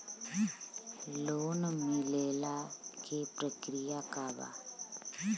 Loan मिलेला के प्रक्रिया का बा?